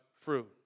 fruit